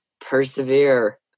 Persevere